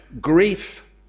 grief